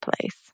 place